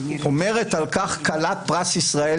אומרת על כך כלת פרס ישראל,